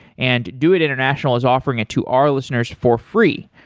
and doit international is offering it to our listeners for free.